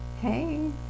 Hey